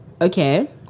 Okay